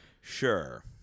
Sure